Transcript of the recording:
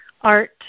art